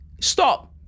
stop